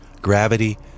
Gravity